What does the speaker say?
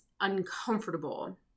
uncomfortable